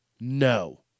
No